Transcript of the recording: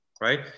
right